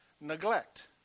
Neglect